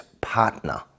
partner